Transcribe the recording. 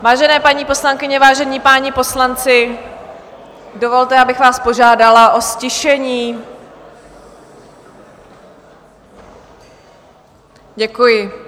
Vážené paní poslankyně, vážení páni poslanci, dovolte, abych vás požádala o ztišení, děkuji.